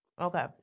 Okay